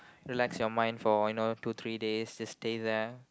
relax your mind for you know two three days just stay there